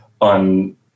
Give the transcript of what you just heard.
on